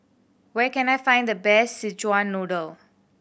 where can I find the best Szechuan Noodle